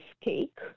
cake